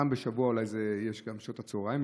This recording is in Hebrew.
פעם בשבוע אולי גם בשעות צוהריים,